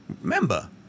Remember